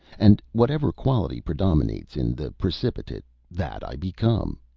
and whatever quality predominates in the precipitate, that i become.